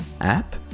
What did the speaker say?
app